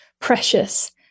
precious